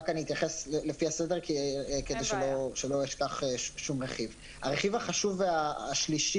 אני אתייחס לפי הסדר כדי שלא אשכח שום רכיב הרכיב החשוב השלישי